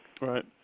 Right